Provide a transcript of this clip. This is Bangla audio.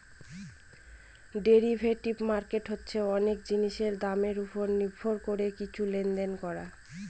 ডেরিভেটিভ মার্কেট হচ্ছে অনেক জিনিসের দামের ওপর নির্ভর করে কিছু লেনদেন করা